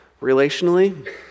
relationally